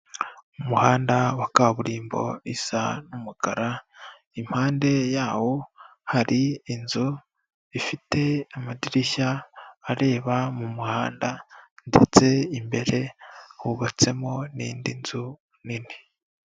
Umuhanda wa kaburimbo isa n'umukara, impande yawo hari inzu ifite amadirishya areba mu muhanda ndetse imbere hubatsemo n'indi nzu nini.